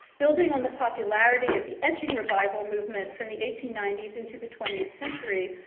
building on the popularity of the etching revival movement from the eighteen ninety s into the twentieth century,